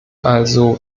also